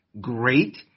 great